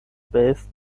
based